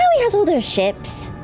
he has all those ships?